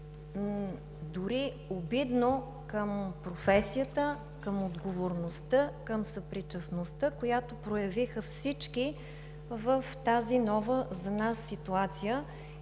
дори обидно към професията, към отговорността, към съпричастността, която проявиха всички в тази нова за нас ситуация.